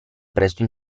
presto